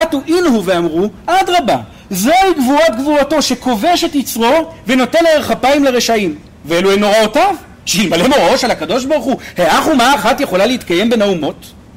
אתו אינהו ואמרו, אדרבא, זה גבורת גבורתו שכובש את יצרו, ונותן ארך אפיים לרשעים. ואלו הן נוראותיו, שאלמלא מוראו של הקדוש ברוך הוא, היאך אומה אחת יכולה להתקיים בין האומות?